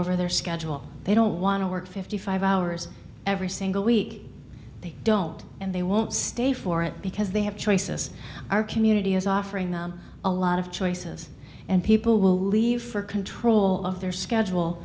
over their schedule they don't want to work fifty five hours every single week they don't and they won't stay for it because they have choices our community is offering them a lot of choices and people will leave for control of their schedule